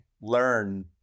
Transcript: learn